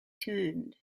turned